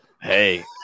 Hey